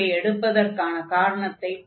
அப்படி எடுப்பதற்கான காரணத்தைப் பார்க்கலாம்